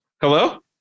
hello